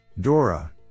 Dora